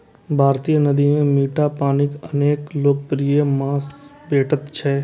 भारतीय नदी मे मीठा पानिक अनेक लोकप्रिय माछ भेटैत छैक